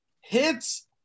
Hits